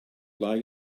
like